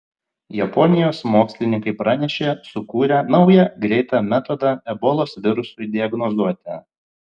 japonijos mokslininkai pranešė sukūrę naują greitą metodą ebolos virusui diagnozuoti